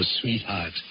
sweetheart